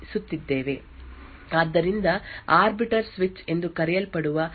ಆದ್ದರಿಂದ arbiter switch ಎಂದು ಕರೆಯಲ್ಪಡುವ ಈ ಪ್ರಾಚೀನ ಘಟಕವನ್ನು ನಂತರ ಆರ್ಬಿಟರ್ ಪಿಯುಎಫ್ ಅನ್ನು ನಿರ್ಮಿಸಲು ಬಳಸಲಾಗುತ್ತದೆ